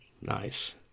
Nice